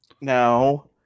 Now